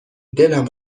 دلم